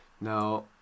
Now